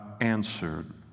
answered